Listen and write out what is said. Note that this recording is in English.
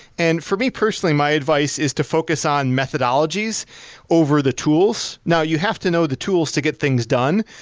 and for me, personally my advice is to focus on methodologies over the tools. now, you have to know the tools to get things done,